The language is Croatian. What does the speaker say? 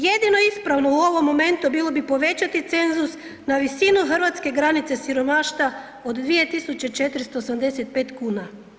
Jedino ispravo u ovom momentu bilo bi povećati cenzus na visinu hrvatske granice siromaštva od 2.485,00 kn.